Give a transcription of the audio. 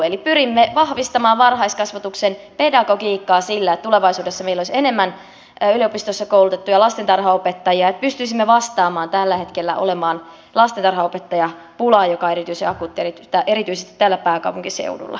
eli pyrimme vahvistamaan varhaiskasvatuksen pedagogiikkaa sillä että tulevaisuudessa meillä olisi enemmän yliopistoissa koulutettuja lastentarhanopettajia ja että pystyisimme vastaamaan tällä hetkellä olevaan lastentarhanopettajapulaan joka on erityisen akuutti erityisesti täällä pääkaupunkiseudulla